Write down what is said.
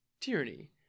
tyranny